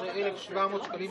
אדוני היושב-ראש,